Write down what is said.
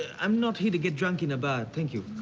i'm not here to get drunk in a bar, thank you.